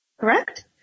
Correct